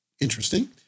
interesting